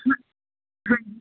ਹਾ ਹਾਂਜੀ